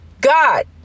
God